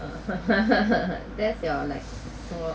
that's your like